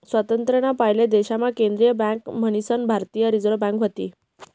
स्वातंत्र्य ना पयले देश मा केंद्रीय बँक मन्हीसन भारतीय रिझर्व बँक व्हती